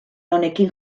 honekin